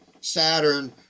Saturn